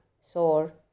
sore